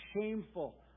shameful